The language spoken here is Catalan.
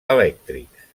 elèctrics